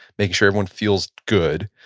making sure everyone feels good.